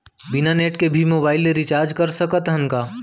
बिना नेट के भी मोबाइल ले रिचार्ज कर सकत हन का?